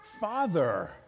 Father